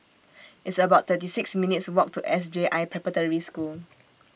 It's about thirty six minutes' Walk to S J I Preparatory School